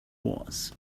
was